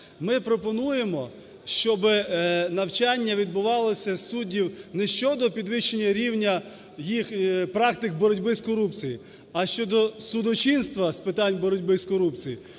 Ми пропонуємо, щоби навчання відбувалося суддів не щодо підвищення рівня їх практик боротьби з корупцією, а щодо судочинства з питань боротьби з корупцією,